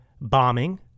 bombing